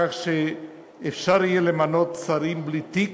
כך שאפשר יהיה למנות שרים בלי תיק,